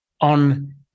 on